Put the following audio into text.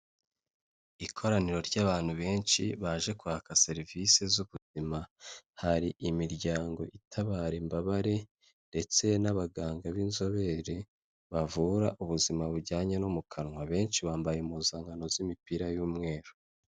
Ikoraniro ry'abantu benshi baje kwaka serivisi z'ubuzima, hari imiryango itabara imbabare ndetse n'abaganga b'inzobere, bavura ubuzima bujyanye no mu kanwa, benshi bambaye impunzankano z'imipira y'umweru.